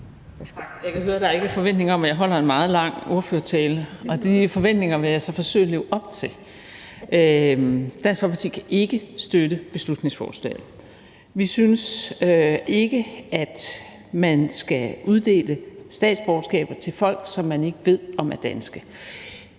Jeg kan høre, der ikke er forventninger om, at jeg holder en meget lang ordførertale, og de forventninger vil jeg så forsøge at leve op til. Dansk Folkeparti kan ikke støtte beslutningsforslaget. Vi synes ikke, at man skal uddele statsborgerskaber til folk, som man ikke ved om er danske.